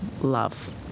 love